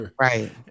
Right